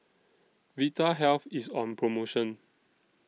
Vitahealth IS on promotion